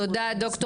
תודה דר'